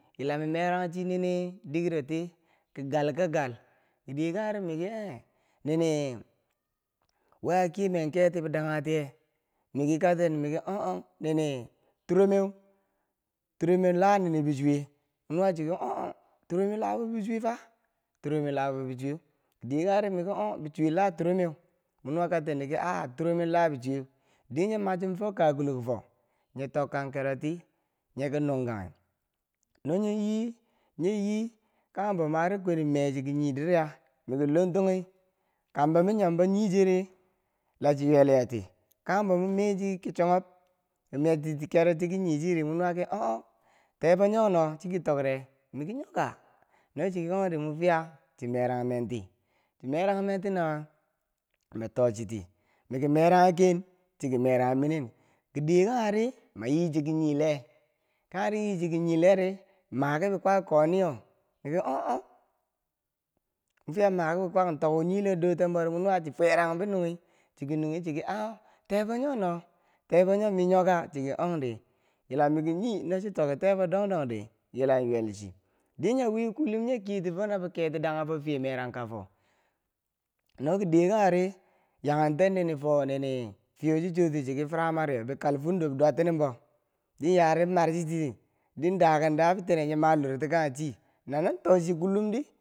Yila mi merangchi nini dikeroti ki gal ki gal kide kangheri miki a nini wei a kiye man keti bidanghatiye? miki katendi miki o ong nini turomweu, turomweu la nini bichuwe mwi nuwa chiki o ong, turomeu labo bi bichuwe fa. turomeu labo bi bichuwe kidekangheri miki oh bichuweu la turomeu mwe nuwa kakten diki a turomeu la bicheu dinyi nachin fo ka kulokfo nyetokan keroti yeki nungkanghi nonye yi nye yi kanghembo mari yichi kiyinye dirya miki luntoni kambo mi nyonmo nyi cheri lachi ywelyeti kanghembo min mechi ki chonghob mi me chiti kero ti ki nyi chiri mwi nuwa ki o ong, tebo nyo no chiki tokre miki nyo ka? no chiki ong di mo fiya chi merang men ti. Chi merangmenti naweu min tochiti miki meranghi ken chiki meranghi minen kidiye kangheri min yichiki nyi lee, kangheri nyichi ki nyii lee ri ma kibi kwag ko ni nyo chiki o ong, mwefiya makibi kwag nto kuu nyi lee dotenbo wiyeri chi fwe ranghum ki binunghi chiki nunghi chiki aa tebo nyo no, tebo nyo mi nyoka? nochiki ong di, yila miki nyi nochitoki tebo dong dongdi yila ywelchi dinyewi kulum nyekiyeti na keti bidaghe fo fiye merangkafo no ki diye kanghedi, yaken ten nini fo fiye wo chichotiki firamar iyeu, bikalfundo bidwartinimbo di yari martichiwi din dake da bitine nyi ma loro ti kanghe chi no man tochikulumdii.